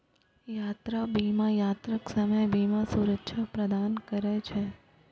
यात्रा बीमा यात्राक समय बीमा सुरक्षा प्रदान करै छै